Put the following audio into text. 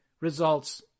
results